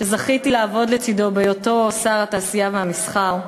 שזכיתי לעבוד לצדו בהיותו שר התעשייה והמסחר,